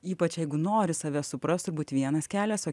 ypač jeigu nori save suprast turbūt vienas kelias o